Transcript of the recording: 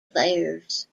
players